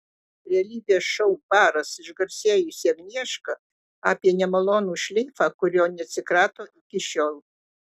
realybės šou baras išgarsėjusi agnieška apie nemalonų šleifą kurio neatsikrato iki šiol